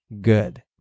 good